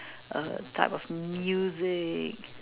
a type of music